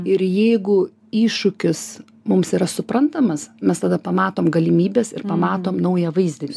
ir jeigu iššūkis mums yra suprantamas mes tada pamatom galimybes ir pamatom naują vaizdinį